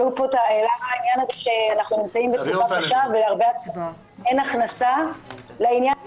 העלו פה את העניין הזה שאנחנו נמצאים בתקופה קשה ואין הכנסה לעניין הזה